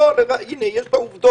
לא, הנה, יש פה עובדות.